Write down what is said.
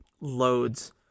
loads